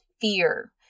fear